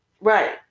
Right